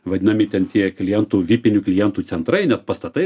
vadinami ten tie klientų vipinių klientų centrai net pastatai